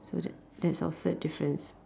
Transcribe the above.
so that that's our third difference